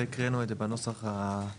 הקראנו את זה בנוסח עם